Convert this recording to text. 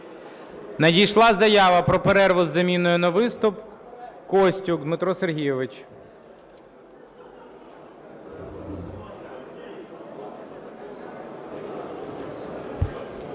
Надійшла заява про перерву із заміною на виступ. Костюк Дмитро Сергійович.